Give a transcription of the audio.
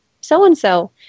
so-and-so